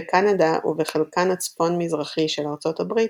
בקנדה ובחלקן הצפון-מזרחי של ארצות הברית,